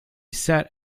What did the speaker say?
sat